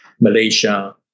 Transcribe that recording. Malaysia